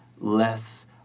Less